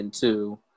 two